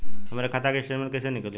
हमरे खाता के स्टेटमेंट कइसे निकली?